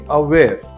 aware